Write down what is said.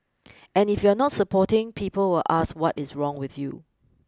and if you are not supporting people will ask what is wrong with you